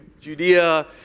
Judea